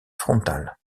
frontal